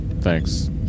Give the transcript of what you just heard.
Thanks